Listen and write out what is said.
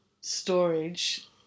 storage